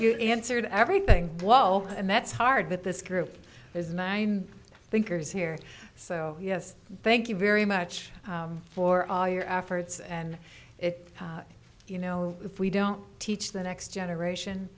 you answered everything and that's hard but this group is nine thinkers here so yes thank you very much for all your efforts and it you know if we don't teach the next generation